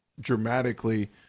dramatically